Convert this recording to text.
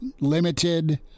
limited